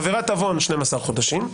עבירת עוון, 12 חודשים.